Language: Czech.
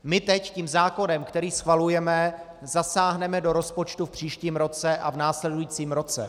My teď tím zákonem, který schvalujeme, zasáhneme do rozpočtu v příštím roce a v následujícím roce.